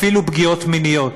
אפילו פגיעות מיניות.